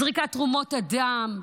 זריקת תרומות הדם,